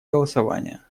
голосования